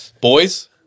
Boys